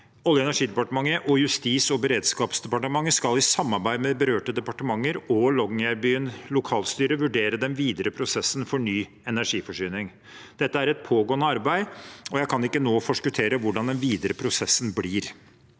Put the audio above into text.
Olje- og energidepartementet og Justis- og beredskapsdepartementet skal i samarbeid med berørte departementer og Longyearbyen lokalstyre vurdere den videre prosessen for ny energiforsyning. Dette er et pågående arbeid, og jeg kan ikke nå forskuttere hvordan den videre prosessen blir.